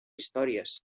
històries